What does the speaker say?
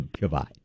Goodbye